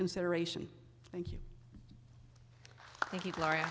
consideration thank you thank you gloria